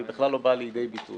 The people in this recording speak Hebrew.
והיא בכלל לא באה לידי ביטוי,